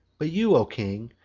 but you, o king,